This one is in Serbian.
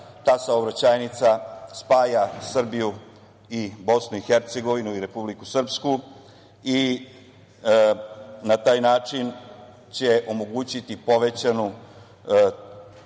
ta saobraćajnica spaja Srbiju i BiH i Republiku Srpsku i na taj način će omogućiti povećanu